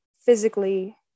physically